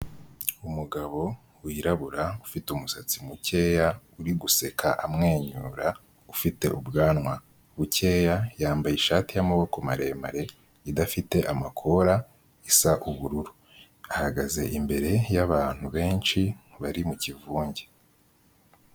Umugabo wirabura, ufite umusatsi mukeya, uri guseka amwenyura, ufite ubwanwa bukeya, yambaye ishati y'amaboko maremare, idafite amakora, isa ubururu, ahagaze imbere y'abantu benshi bari mu kivunge.